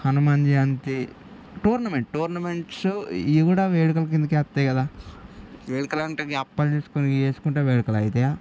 Hanuman Jayanti tournament tournaments ఇవి కూడా వేడుకలు కిందకే వస్తాయి కదా వేడుకలంటే ఇక అప్పాలు చేసుకుని ఇవ్వి చేసుకుంటే వేడుకలు అవుతాయా